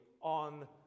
on